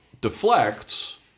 Deflects